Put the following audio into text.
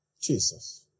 Jesus